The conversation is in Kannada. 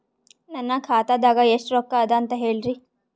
ನನ್ನ ಖಾತಾದಾಗ ಎಷ್ಟ ರೊಕ್ಕ ಅದ ಅಂತ ಹೇಳರಿ?